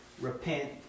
repent